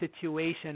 situation